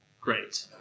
Great